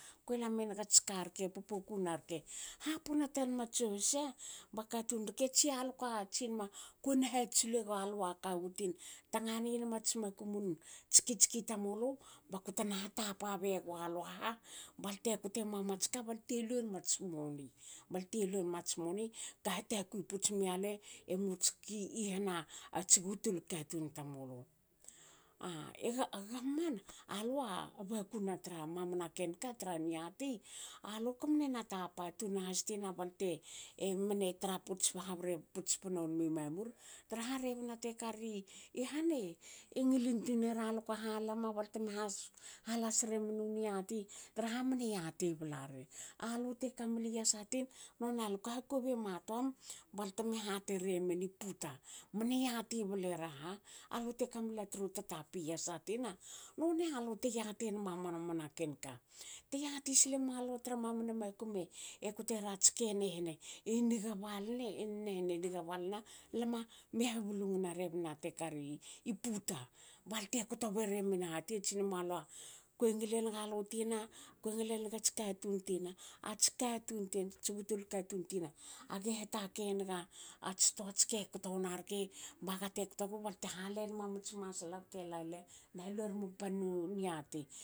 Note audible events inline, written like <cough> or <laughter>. Kue lame nagats karke pop kuna rke hapopo tanmats sohsa ba katun rke tsia luka tsinma kona tsile galua kawutin tanganin mats makumni tskitski tamulu bakute na hatapa begualua ha balte kotemua mats ka balte luemats moni. Balte lue muats moni ka hatakui puts mialue muts ki <hesitation> i hana ats butul katun tamulu. A <hesitation> e gam ma lua <hesitation> bakuna tra mamana ken ka tra niati alu kamne na tapa tun nahas tina balte <hesitation> emne tra puts num habre puts tspne wonimi mamur traha rebna te kari han e ngilin tuinera luka halama balteme hala sremen u niat traha mne yati blari alute kamli yasa tin nonia aluka hakobi ema toam balte me hati remen i pita mne yati bleraha. Alute kamli tru tatapi yasa. nonialu te yatienma mamana ken ka te yati silemalu tra mamana makum <hesitation> kotena rats ke nehne eniga balne <unintelligible> eniga balna lama me ha blungna rebna te kari puta balte kto beremen aha te tsinemalua kue ngilen lutina. kue ngile nagats katun tina ats katun tin ats butulun katun tina age hatakei enaga ats toats ke kto wna rke bagate te kto gu balte halen ma mats masla bte lale naluermu pannu niati